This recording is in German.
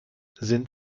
sind